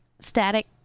static